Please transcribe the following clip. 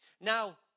Now